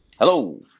Hello